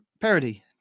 Parody